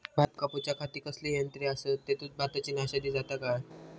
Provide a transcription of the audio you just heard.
भात कापूच्या खाती कसले यांत्रा आसत आणि तेतुत भाताची नाशादी जाता काय?